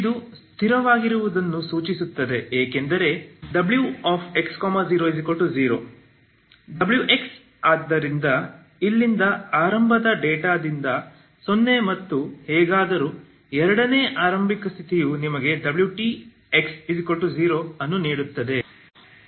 ಇದು ಸ್ಥಿರವಾಗಿರುವುದನ್ನು ಸೂಚಿಸುತ್ತದೆ ಏಕೆಂದರೆ wx00 wx ಆದ್ದರಿಂದ ಇಲ್ಲಿಂದ ಆರಂಭದ ಡೇಟಾದಿಂದ 0 ಮತ್ತು ಹೇಗಾದರೂ ಎರಡನೇ ಆರಂಭಿಕ ಸ್ಥಿತಿಯು ನಿಮಗೆ wt x0 ಅನ್ನು ನೀಡುತ್ತದೆ